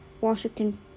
Washington